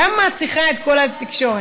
למה את צריכה את כל התקשורת?